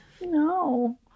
no